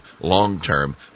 long-term